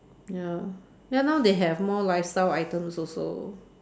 ya then now they have more lifestyle items also